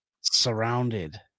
surrounded